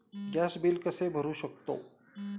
Gas bill कसे भरू शकतो?